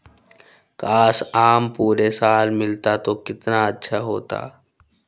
काश, आम पूरे साल मिलता तो कितना अच्छा होता